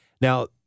Now